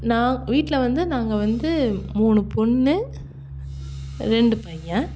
நான் வீட்டில வந்து நாங்கள் வந்து மூணு பொண்ணு ரெண்டு பையன்